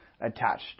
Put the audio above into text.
attached